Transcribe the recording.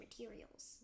materials